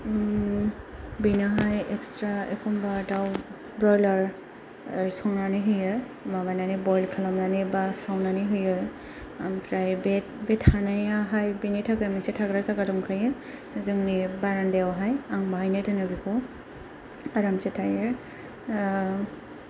बेनोहाय extra एखमबा दाव ब्रयलार संनानै होयो माबानानै बयल खालामनानै बा सावनानै होयो ओमफ्राय बे बे थानायाहाय बेनि थाखाय मोनसे थाग्रा जायगा दंखायो जोंनि बारान्दायाव हाय आं बेहायनो दोनो बिखौ आरामसो थायो